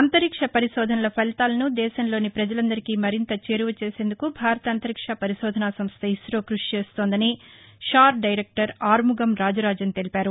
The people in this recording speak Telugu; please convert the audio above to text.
అంతరిక్ష పరిశోధనల ఫలితాలను దేశంలోని ప్రజలందరికి మరింత చేరువ చేసేందుకు భారత అంతరిక్షా పరిశోధన సంస్థ ఇసో కృషి చేస్తోందని షార్ దైరెక్టర్ ఆర్ముగం రాజరాజన్ తెలిపారు